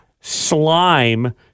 Slime